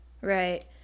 Right